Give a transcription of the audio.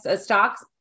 stock's